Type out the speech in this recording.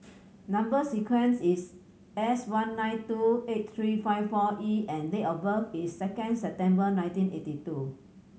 number sequence is S one nine two eight three five four E and date of birth is second September nineteen eighty two